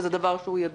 הדבר הזה ידוע.